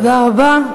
תודה רבה.